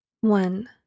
One